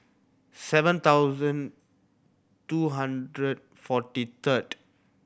seven thousand two hundred forty third